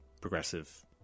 progressive